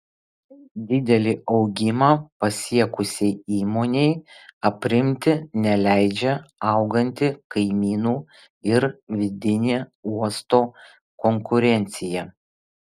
didelį augimą pasiekusiai įmonei aprimti neleidžia auganti kaimynų ir vidinė uosto konkurencija